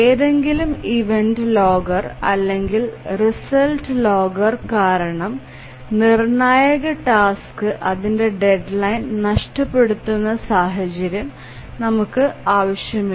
ഏതെങ്കിലും event logger അല്ലെങ്കിൽ result logger കാരണം നിർണായക ടാസ്ക് അതിന്റെ ഡെഡ്ലൈൻ നഷ്ടപ്പെടുത്തുന്ന സാഹചര്യം നമുക്ക് ആവശ്യമില്ല